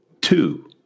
two